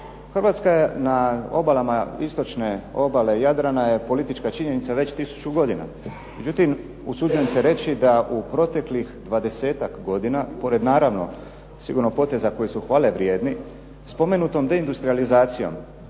Hrvatska je na obalama istočne obale Jadrana je politička činjenica već 1000 godina. Međutim, usuđujem se reći da u proteklih 20-ak godina, pored naravno sigurno poteza koji su hvalevrijedni, spomenutom deindustrijalizacijom